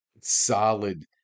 solid